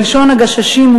בלשון "הגששים",